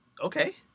Okay